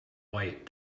white